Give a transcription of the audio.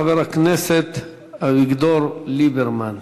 חבר הכנסת אביגדור ליברמן.